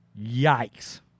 Yikes